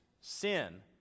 sin